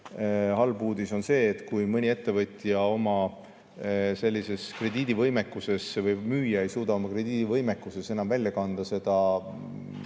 Halb uudis on see, et kui mõni ettevõtja ei suuda oma krediidivõimekuses või müüja ei suuda oma krediidivõimekuses lubatut välja kanda, siis